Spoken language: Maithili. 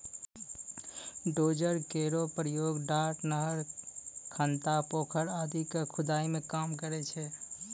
डोजर केरो प्रयोग डार, नहर, खनता, पोखर आदि क खुदाई मे काम करै छै